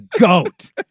Goat